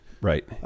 Right